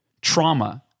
trauma